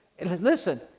Listen